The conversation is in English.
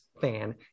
fan